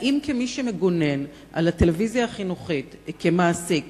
האם כמי שמגונן על הטלוויזיה החינוכית כמעסיק